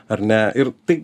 ar ne ir tai